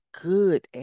good